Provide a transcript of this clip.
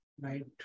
right